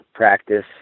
practice